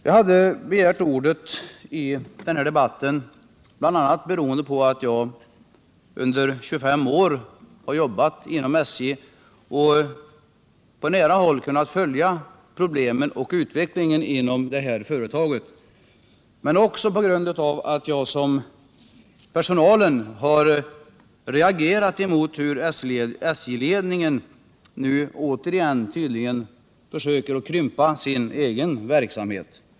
Jag har begärt ordet i den här debatten bl.a. på grund av att jag under 25 år jobbat inom SJ och på nära håll har kunnat följa problemen och utvecklingen inom företaget men också på grund av att jag liksom personalen har reagerat mot att SJ-ledningen nu återigen tydligen försöker krympa sin egen verksamhet.